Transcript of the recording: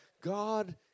God